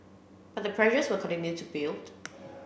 but the pressures will continue to build